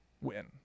win